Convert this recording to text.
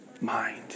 mind